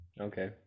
Okay